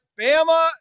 Bama